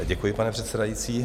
Děkuji, pane předsedající.